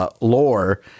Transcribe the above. lore